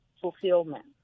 fulfillment